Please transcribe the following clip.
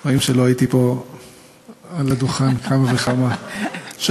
רואים שלא הייתי פה על הדוכן כמה וכמה שבועות,